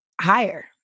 higher